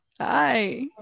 Hi